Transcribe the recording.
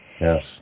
yes